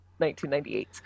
1998